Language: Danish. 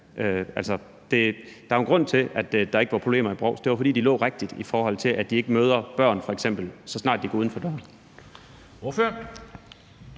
Der er jo en grund til, at der ikke var problemer i Brovst. Det var, fordi de var placeret rigtigt, i forhold til at de f.eks. ikke mødte børn, så snart de gik uden for døren.